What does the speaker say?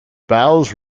bowles